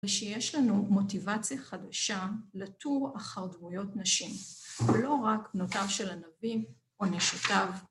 ושיש לנו מוטיבציה חדשה לתור אחר דמויות נשים ולא רק בנותיו של הנביא או נשותיו.